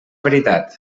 veritat